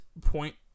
point